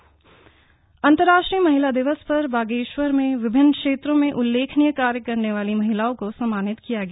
महिला दिवस बागेश्वर अल्मोझ अंतरराष्ट्रीय महिला दिवस पर बागेश्वर में विभिन्न क्षेत्रों में उल्लेखनीय कार्य करने वाली महिलाओं को सम्मानित किया गया